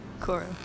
Cora